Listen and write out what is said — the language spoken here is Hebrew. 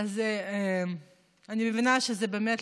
אז אני מבינה שבאמת,